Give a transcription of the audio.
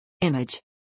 Image